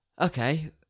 Okay